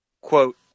Quote